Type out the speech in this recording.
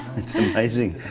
it's amazing.